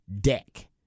deck